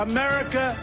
America